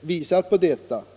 visat på det.